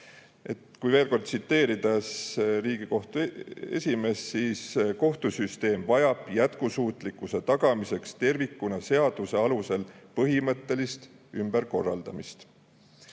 Kui veel kord tsiteerida Riigikohtu esimeest, siis kohtusüsteem vajab jätkusuutlikkuse tagamiseks tervikuna seaduse alusel põhimõttelist ümberkorraldamist.